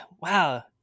wow